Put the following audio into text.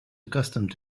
accustomed